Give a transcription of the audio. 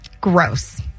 Gross